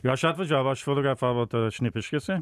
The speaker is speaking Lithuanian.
jo aš atvažiavau aš fotografavau tada šnipiškėse